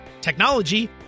technology